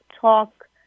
talk